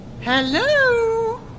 Hello